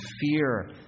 fear